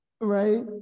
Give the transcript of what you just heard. Right